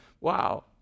Wow